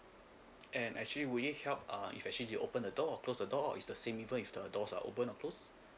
and actually would it help uh if actually you open the door close the door it's the same even is the doors are open or close